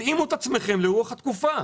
תתאימו את עצמכם לרוח התקופה.